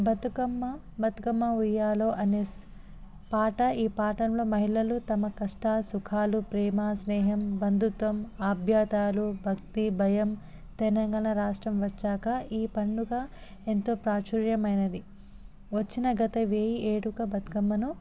బతుకమ్మ బతుకమ్మ ఉయ్యాలో అని పాట ఈ పాటల్లో మహిళలు తమ కష్ట సుఖాలు ప్రేమ స్నేహం బంధుత్వం ఆప్యాతలు భక్తి భయం తెలంగాణ రాష్ట్రం వచ్చాక ఈ పండుగ ఎంతో ప్రాచుర్యమైనది వచ్చిన గత వెయ్యి ఏళ్ళుగా బతుకమ్మను